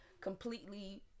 completely